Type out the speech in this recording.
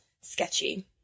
sketchy